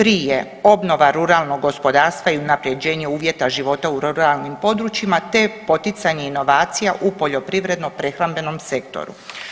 Tri je obnova ruralnog gospodarstva i unapređenje uvjeta života u ruralnim područjima, te poticanje i inovacija u poljoprivredno-prehrambenom sektoru.